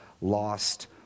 lost